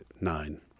nine